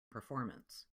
performance